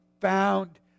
found